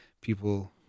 People